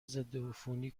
ضدعفونی